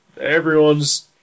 Everyone's